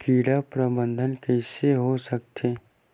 कीट प्रबंधन कइसे हो सकथे?